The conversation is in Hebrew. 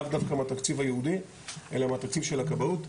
לאו דווקא מהתקציב הייעודי אלא מהתקציב של הכבאות.